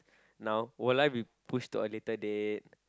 now will I would push to another date